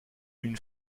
une